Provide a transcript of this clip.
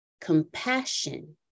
compassion